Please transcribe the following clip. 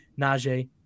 Najee